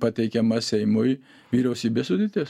pateikiama seimui vyriausybės sudėtis